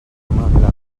vilanova